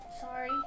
sorry